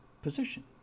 position